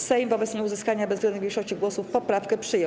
Sejm wobec nieuzyskania bezwzględnej większości głosów poprawkę przyjął.